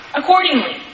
accordingly